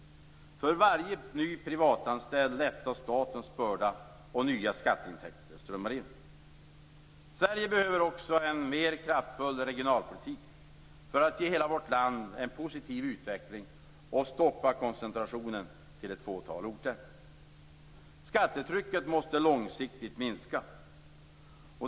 För varje ny privatanställd lättar statens börda och nya skatteintäkter strömmar in. Sverige behöver också en mer kraftfull regionalpolitik för att ge hela vårt land en positiv utveckling och stoppa koncentrationen till ett fåtal orter. Skattetrycket måste långsiktigt minska.